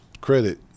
credit